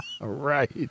Right